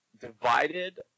divided